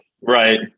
Right